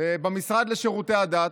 במשרד לשירותי הדת,